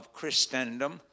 Christendom